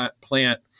plant